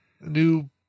new